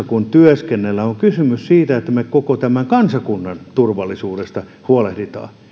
kun työskennellään on kysymys siitä että me koko tämän kansakunnan turvallisuudesta huolehdimme